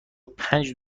پنج